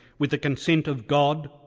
with the consent of god,